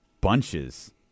bunches